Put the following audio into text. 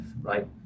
right